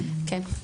וגם שתי"ל.